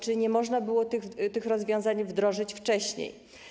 Czy nie można było tych rozwiązań wdrożyć wcześniej?